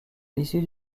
l’issue